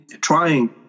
trying